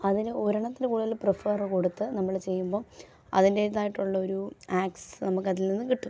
അതിന് ഒരു എണ്ണത്തിന് കൂടുതൽ പ്രിഫർ കൊടുത്ത് നമ്മൾ ചെയ്യുമ്പം അതിൻ്റേതായിട്ടുള്ള ഒരു ആക്സസ് നമുക്ക് അതിൽ നിന്നും കിട്ടും